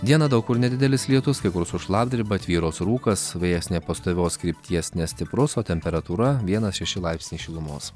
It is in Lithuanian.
dieną daug kur nedidelis lietus kai kur su šlapdriba tvyros rūkas vėjas nepastovios krypties nestiprus o temperatūra vienas šeši laipsniai šilumos